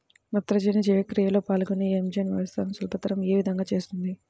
నత్రజని జీవక్రియలో పాల్గొనే ఎంజైమ్ వ్యవస్థలను సులభతరం ఏ విధముగా చేస్తుంది?